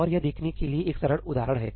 और यह देखने के लिए एक सरल उदाहरण है